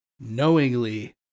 knowingly